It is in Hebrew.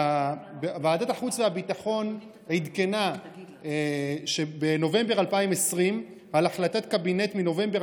ועדת החוץ והביטחון עדכנה בנובמבר 2020 על החלטת קבינט מנובמבר